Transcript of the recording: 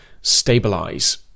stabilize